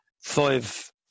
five